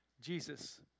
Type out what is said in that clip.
Jesus